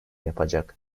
yapacak